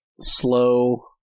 slow